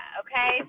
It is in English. okay